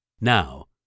Now